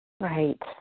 Right